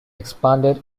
expanded